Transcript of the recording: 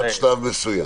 עד שלב מסוים.